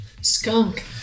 Skunk